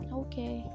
okay